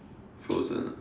frozen ah